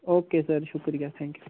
okay sir शुक्रिया thank U